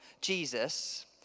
Jesus